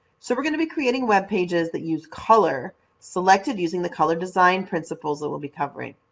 so we're going to be creating web pages that use color selected using the color design principles that we'll be covering,